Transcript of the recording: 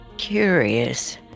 curious